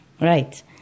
Right